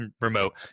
remote